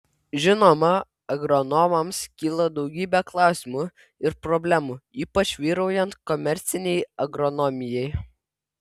žinoma agronomams kyla daugybė klausimų ir problemų ypač vyraujant komercinei agronomijai